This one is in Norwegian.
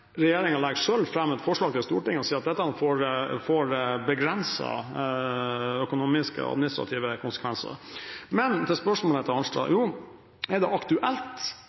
et forslag til Stortinget og sa at dette fikk begrensede økonomiske og administrative konsekvenser. Til spørsmålet fra representanten Arnstad: Er det aktuelt